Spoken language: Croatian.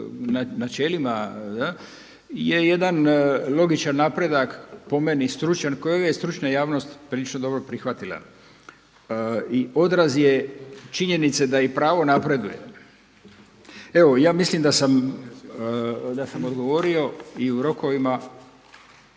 načelima je jedan logičan napredak po meni stručan koji je stručna javnost prilično dobro prihvatila i odraz je činjenice da i pravo napreduje. Evo, ja mislim da sam odgovorio i o rokovima.